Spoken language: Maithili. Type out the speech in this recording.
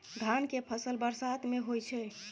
धान के फसल बरसात में होय छै?